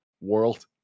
world